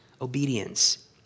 obedience